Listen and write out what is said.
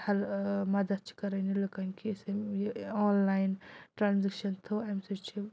hell مَدتھ چھِ کَران یہِ لُکَن کہِ یُس أمۍ یہِ آنلاین ٹرٛانزٮ۪کشَن تھٲو اَمہِ سۭتۍ چھِ